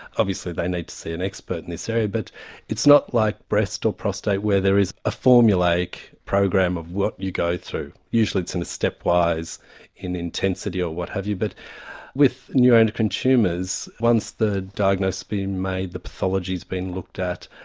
obviously they need to see an expert in this area, but it's not like breast or prostate where there is a formulaic like program of what you go through, usually it's in a step wise in intensity of what have you but with neuroendocrine tumours once the diagnosis has been made, the pathology has been looked at,